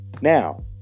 now